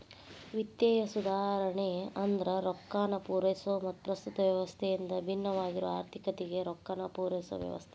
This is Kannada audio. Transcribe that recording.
ವಿತ್ತೇಯ ಸುಧಾರಣೆ ಅಂದ್ರ ರೊಕ್ಕಾನ ಪೂರೈಸೊ ಮತ್ತ ಪ್ರಸ್ತುತ ವ್ಯವಸ್ಥೆಯಿಂದ ಭಿನ್ನವಾಗಿರೊ ಆರ್ಥಿಕತೆಗೆ ರೊಕ್ಕಾನ ಪೂರೈಸೊ ವ್ಯವಸ್ಥೆ